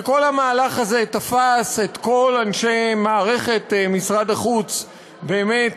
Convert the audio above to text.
שכל המהלך הזה תפס את כל אנשי מערכת משרד החוץ באמת